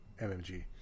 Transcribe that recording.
MMG